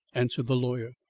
answered the lawyer.